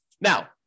Now